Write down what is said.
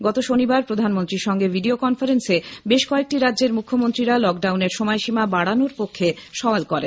গত শনিবার প্রধানমন্ত্রীর সঙ্গে ভিডিও কনফারেন্সে বেশ কয়েকটি রাজ্যের মুখ্যমন্ত্রীরা লকডাউনের সময়সীমা বাড়ানোর পক্ষে সওয়াল করেন